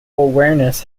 awareness